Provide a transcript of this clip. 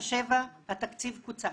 2397 התקציב קוצץ.